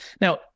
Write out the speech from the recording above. Now